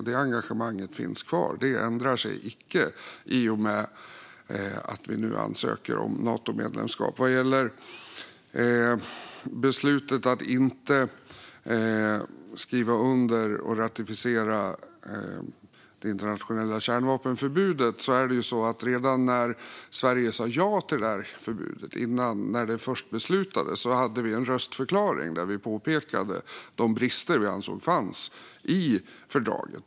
Det engagemanget finns kvar. Det ändrar sig icke i och med att Sverige nu ansöker om Natomedlemskap. Vad gäller beslutet att inte skriva under och ratificera det internationella kärnvapenförbudet hade vi en röstförklaring redan när Sverige sa ja till förbudet och det först beslutades. Vi påpekade då de brister som vi ansåg fanns i fördraget.